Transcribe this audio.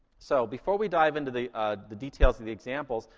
so before we dive into the the details of the examples,